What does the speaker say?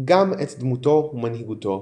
גם את דמותו ומנהיגותו.